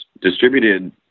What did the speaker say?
distributed